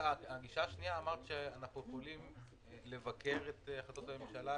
שבגישה השנייה אנחנו יכולים לבקר את החלטות הממשלה,